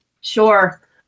Sure